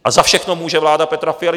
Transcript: A za všechno může vláda Petra Fialy.